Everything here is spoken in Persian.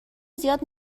زیاد